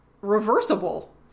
reversible